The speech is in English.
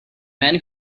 man